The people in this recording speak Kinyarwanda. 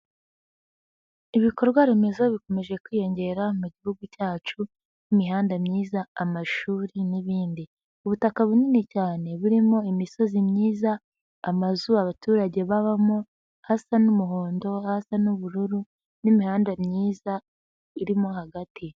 Ibikorwa remezo bikomeje kwiyongera mu Gihugu cyacu nk'imihanda myiza, amashuri n'ibindi, ubutaka bunini cyane burimo imisozi myiza, amazu abaturage babamo hasa n'umuhondo, hasa n'ubururu n'imihanda myiza irimo hagati.